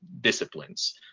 disciplines